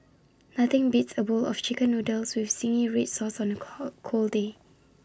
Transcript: nothing beats A bowl of Chicken Noodles with Zingy Red Sauce on A call cold day